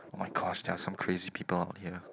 oh-my-gosh there are some crazy people out here